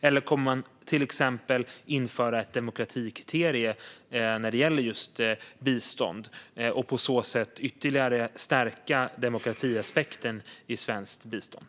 Eller kommer man att införa ett demokratikriterium när det gäller just bistånd och på så sätt ytterligare stärka demokratiaspekten i svenskt bistånd?